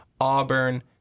Auburn